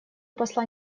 посла